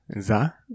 Za